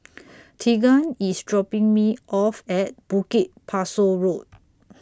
Tegan IS dropping Me off At Bukit Pasoh Road